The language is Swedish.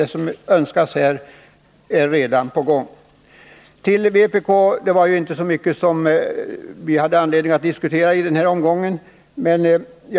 Det som önskas är redan på gång. Med vpk har jag inte så mycket att diskutera i den här omgången.